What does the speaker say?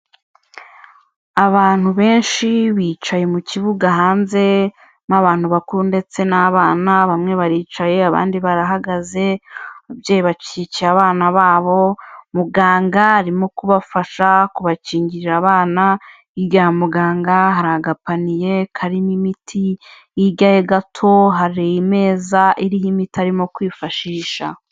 Abantu benshi bicaye mu kibuga hanze n'abantu bakuru ndetse n'abana, bamwe baricaye abandi barahagaze, ababyeyi bacyikiye abana babo, muganga arimo kubafasha kubakingirira abana, hirya ya muganga hari agapaniye karimo imiti, hirya ye gato hari imeza iriho imiti arimo kwifashisha.